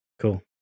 Cool